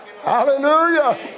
hallelujah